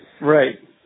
right